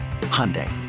Hyundai